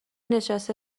نشسته